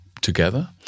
together